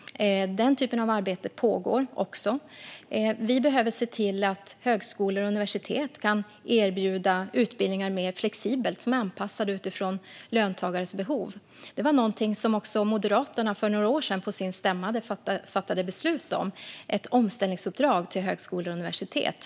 Denna typ av arbete pågår. Vi behöver se till att högskolor och universitet mer flexibelt kan erbjuda utbildningar som är anpassade utifrån löntagares behov. För några år sedan fattade Moderaterna beslut på sin stämma om ett omställningsuppdrag till högskolor och universitet.